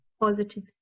positive